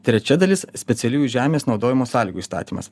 trečia dalis specialiųjų žemės naudojimo sąlygų įstatymas